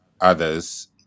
others